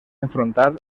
enfrontar